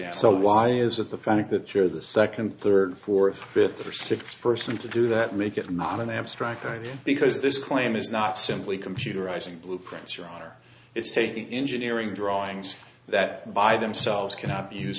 if so why is it the fact that you're the second third fourth fifth or sixth person to do that make it not an abstract idea because this claim is not simply computerizing blueprints your honor it's taking engineering drawings that by themselves cannot be used